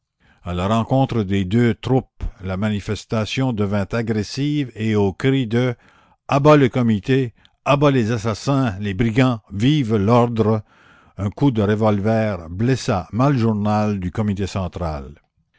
la rencontre des deux troupes la manifestation devint agressive et aux cris de a bas le comité à bas les assassins les brigands vive l'ordre un coup de revolver blessa maljournal du comité central